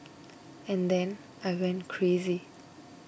and then I went crazy